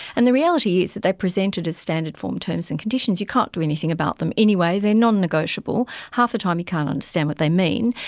and the reality is that they're presented as standard form terms and conditions, you can't do anything about them anyway, nonnegotiable, half the time you can't understand what they mean.